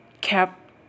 cap